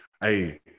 hey